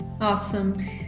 Awesome